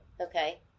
Okay